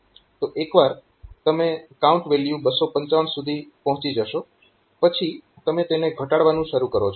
તો એકવાર તમે કાઉન્ટ વેલ્યુ 255 સુધી પહોંચી જશો પછી તમે તેને ઘટાડવાનું શરૂ કરો છો